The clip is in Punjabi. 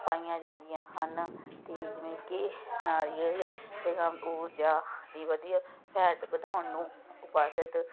ਪਾਈਆਂ ਜਾਂਦੀਆਂ ਹਨ ਅਤੇ ਜਿਵੇਂ ਕਿ ਨਾਰੀਅਲ ਅਤੇ ਊਰਜਾ ਦੀ ਵਧੀਆ ਫੈਟ ਵਧਾਉਣ ਨੂੰ